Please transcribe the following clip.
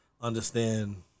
understand